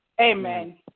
Amen